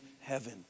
heaven